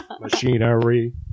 machinery